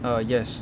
err yes